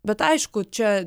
bet aišku čia